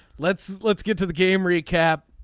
let's let's get to the game recap.